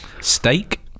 Steak